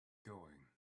going